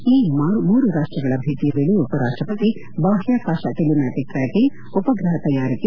ಈ ಮೂರು ರಾಷ್ಸಗಳ ಭೇಟಿಯ ವೇಳೆ ಉಪರಾಷ್ಸಪತಿ ಬಾಹ್ಲಾಕಾಶ ಟೆಲಿಮ್ಗಾಟಿಕ್ ಟ್ರ್ಯಾಕಿಂಗ್ ಉಪಗ್ರಹ ತಯಾರಿಕೆ